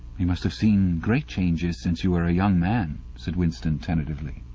you must have seen great changes since you were a young man said winston tentatively.